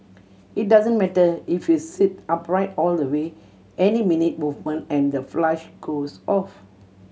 it doesn't matter if you sit upright all the way any minute movement and the flush goes off